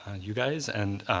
you guys. and